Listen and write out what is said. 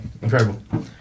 Incredible